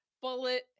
bullet